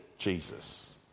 Jesus